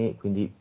quindi